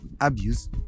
abuse